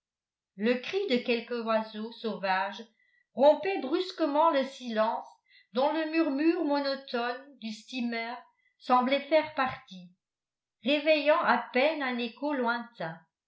le cri de quelque oiseau sauvage rompait brusquement le silence dont le murmure monotone du steamer semblait faire partie réveillant à peine un écho lointain